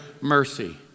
mercy